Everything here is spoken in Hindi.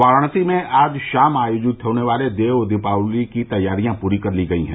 वाराणसी में आज शाम आयोजित होने वाले देव दीपावली की तैयारियां पूरी कर ली गयी हैं